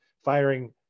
firing